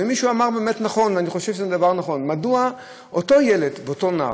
מישהו אמר נכון: מדוע אותו ילד ואותו נער,